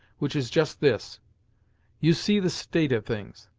which is just this you see the state of things.